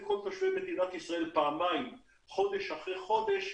כל תושבי מדינת ישראל פעמיים חודש אחרי חודש,